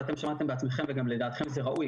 ושמעתם בעצמכם ולדעתם זה ראוי,